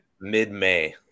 mid-may